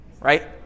right